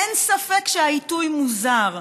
אין ספק שהעיתוי מוזר,